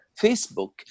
Facebook